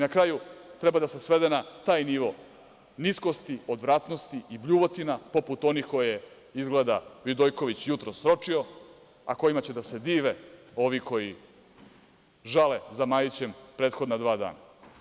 Na kraju, treba se svede na taj nivo niskosti, odvratnosti i bljuvotina poput onih koje je izgleda Vidojković jutros sročio, a kojima će da se dive ovi koji žale za Majićem prethodna dva dana.